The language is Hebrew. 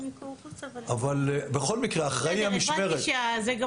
אבל בכל מקרה אחראי המשמרת -- הבנתי שזאת הייתה גם